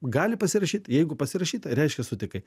gali pasirašyt jeigu pasirašyta reiškia sutikai